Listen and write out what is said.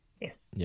Yes